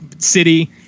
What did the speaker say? city